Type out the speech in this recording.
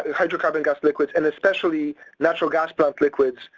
hydrocarbon gas liquids and especially natural gas plant liquids,